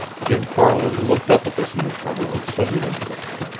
jim farland looked up at this newcomer with sudden interest.